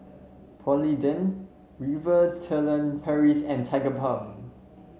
Polident Furtere Paris and Tigerbalm